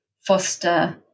foster